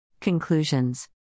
Conclusions